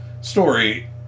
story